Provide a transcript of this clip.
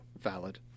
Valid